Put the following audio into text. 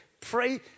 pray